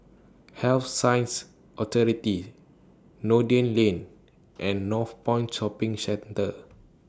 Health Sciences Authority Noordin Lane and Northpoint Shopping Centre